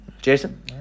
Jason